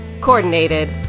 Coordinated